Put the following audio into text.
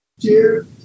Cheers